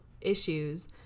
issues